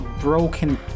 broken